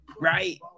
right